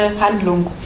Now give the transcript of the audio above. Handlung